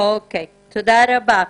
תודה רבה.